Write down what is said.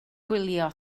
gwylio